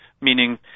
meaning